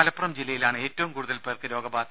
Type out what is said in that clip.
മലപ്പുറം ജില്ലയിലാണ് ഏറ്റവും കൂടുതൽ പേർക്ക് രോഗബാധ